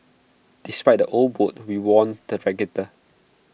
despite the old boat we won the regatta